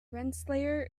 rensselaer